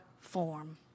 form